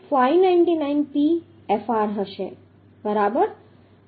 599P Fr હશે બરાબર